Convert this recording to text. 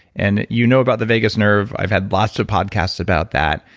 and you know about the vagus nerve, i've had lots of podcasts about that.